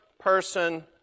person